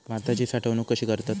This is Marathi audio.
भाताची साठवूनक कशी करतत?